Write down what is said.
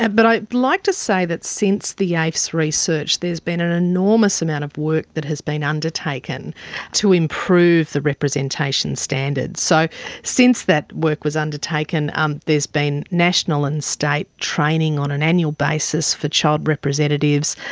but i'd like to say that since the aifs research there's been an enormous amount of work that has been undertaken to improve the representation standards. so since that work was undertaken um there's been national and state training on an annual basis for child representatives.